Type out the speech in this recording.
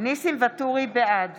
בעד